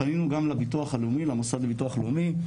פנינו גם למוסד לביטוח הלאומי,